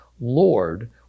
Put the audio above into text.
Lord